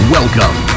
welcome